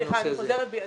סליחה, אני חוזרת בי.